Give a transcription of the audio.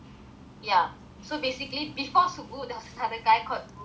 ya so basically before subu was another guy called wuber